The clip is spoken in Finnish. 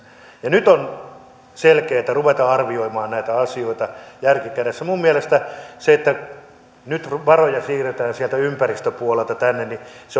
nyt on selkeätä ruveta arvioimaan näitä asioita järki kädessä minun mielestäni se että nyt varoja siirretään sieltä ympäristöpuolelta tänne